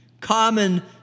common